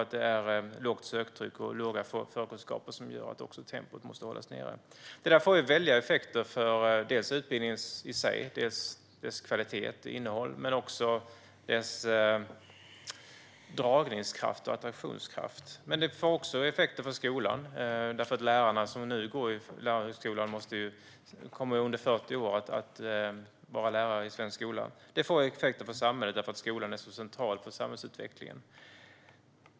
Ett svagt söktryck och dåliga förkunskaper kan göra att tempot måste hållas nere. Detta får stora effekter för utbildningen i sig, dess kvalitet och innehåll, men också för utbildningens attraktionskraft. Men det får också effekter för skolan, eftersom de som nu går på lärarhögskolan kommer att vara lärare i svensk skola under 40 år. Det får effekter för samhället, därför att skolan är så central för samhällsutvecklingen.